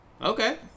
Okay